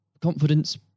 confidence